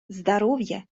здоровья